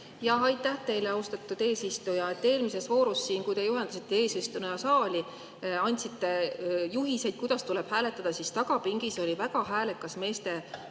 Aitäh teile, austatud eesistuja! Siin eelmises voorus, kui te juhatasite eesistujana saali ja andsite juhiseid, kuidas tuleb hääletada, siis tagapingis oli väga häälekas meeste